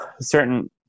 certain